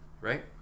right